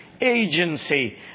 agency